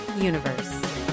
universe